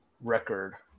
record